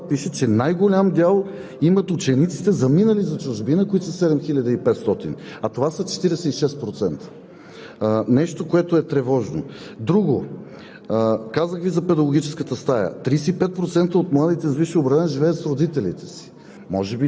тъй като и Вие споменахте проценти. Казахте, че са върнати 2500 в училище. Да де, но в този доклад пише, че най-голям дял имат учениците, заминали за чужбина, които са 7500, а това са 46%